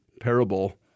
parable